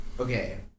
Okay